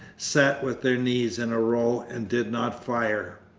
sat with their knees in a row and did not fire.